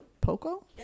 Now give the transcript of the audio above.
Poco